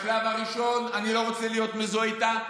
בשלב הראשון, אני לא רוצה להיות מזוהה איתה.